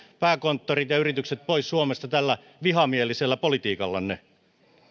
pääkonttorit ja yritykset pois suomesta tällä vihamielisellä politiikallanne